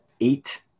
eight